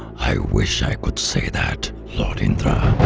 i wish i could say that, lord indra,